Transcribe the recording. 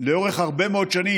לאורך הרבה מאוד שנים,